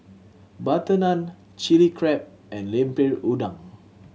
butter naan Chilli Crab and Lemper Udang